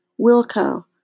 Wilco